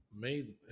made